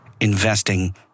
investing